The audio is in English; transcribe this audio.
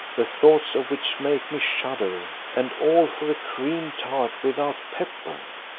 the thoughts of which make me shudder, and all for a cream-tart without pepper.